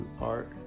art